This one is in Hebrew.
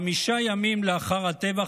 חמישה ימים לאחר הטבח